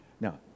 Now